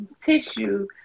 tissue